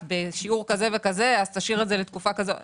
בשיעור כזה וכזה אז תשאיר את זה לתקופה כזו וכזו.